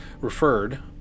referred